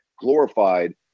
glorified